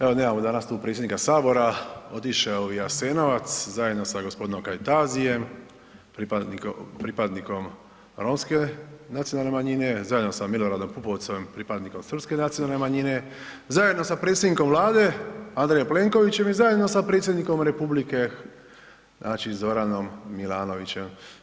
Evo nemamo danas tu predsjednika Sabora, otišao je u Jasenovac zajedno sa g. Kajtazijem, pripadnikom romske nacionalne manjine, zajedno sa Miloradom Pupovcem, pripadnikom srpske nacionalne manjine, zajedno sa predsjednikom Vlade Andrejom Plenkovićem i zajedno sa Predsjednikom Republike, znači Zoranom Milanovićem.